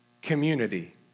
community